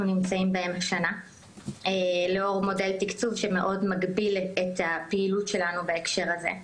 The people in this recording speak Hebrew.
נמצאים בהם השנה לאור מודל תקצוב שמאוד מגביל את הפעילות שלנו בהקשר הזה.